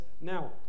now